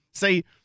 See